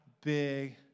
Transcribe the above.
big